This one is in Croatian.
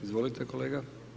Izvolite kolega.